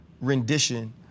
rendition